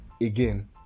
again